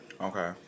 Okay